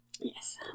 Yes